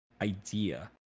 idea